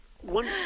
one